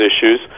issues